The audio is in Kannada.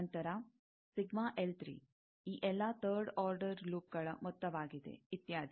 ನಂತರ ಈ ಎಲ್ಲಾ ಥರ್ಡ್ ಆರ್ಡರ್ ಲೂಪ್ಗಳ ಮೊತ್ತವಾಗಿದೆ ಇತ್ಯಾದಿ